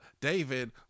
David